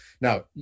Now